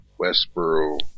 Westboro